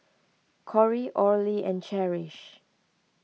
Corry Orley and Cherish